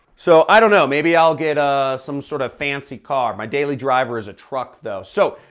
so, i don't know. maybe i'll get ah some sort of fancy car. my daily driver is a truck though. so,